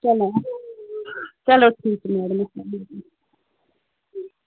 چلو چلو ٹھیٖک چھُ میڈم اسلام علیکُم